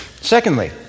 Secondly